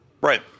Right